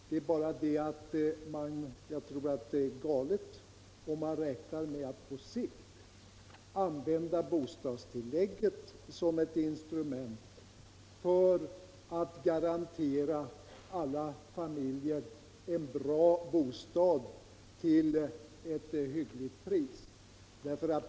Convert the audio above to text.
Men det är galet att räkna med att på sikt använda bostadstillägget som ett instrument för att garantera alla familjer en bra bostad till hyggligt pris.